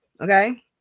okay